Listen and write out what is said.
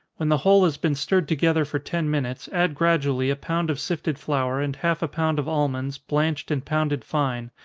when the whole has been stirred together for ten minutes, add gradually a pound of sifted flour, and half a pound of almonds, blanched and pounded fine,